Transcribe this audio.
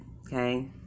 okay